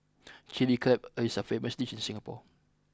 chilli crab is a famous dish in Singapore